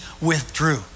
withdrew